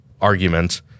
argument